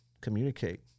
communicate